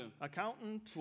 accountant